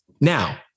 Now